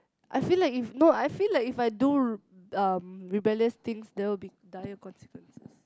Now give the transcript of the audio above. I feel like if no I feel like if I do um rebellious things there will dire consequences